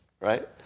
right